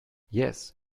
yes